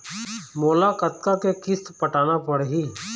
मोला कतका के किस्त पटाना पड़ही?